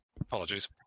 Apologies